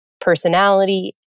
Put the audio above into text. personality